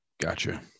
Gotcha